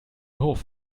hof